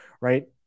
Right